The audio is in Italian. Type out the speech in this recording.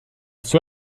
sua